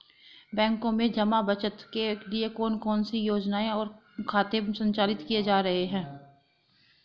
बैंकों में जमा बचत के लिए कौन कौन सी योजनाएं और खाते संचालित किए जा रहे हैं?